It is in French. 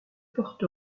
porte